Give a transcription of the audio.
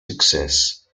success